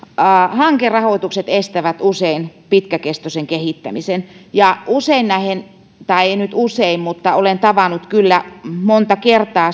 hankerahoitukset estävät usein pitkäkestoisen kehittämisen ja usein tai ei nyt usein mutta olen tavannut kyllä